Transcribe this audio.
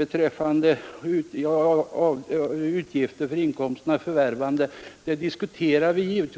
Avdrag för utgifter för inkomsternas förvärvande diskuterar vi ndå